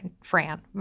Fran